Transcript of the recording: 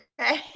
Okay